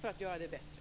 för att göra det bättre?